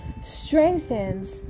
strengthens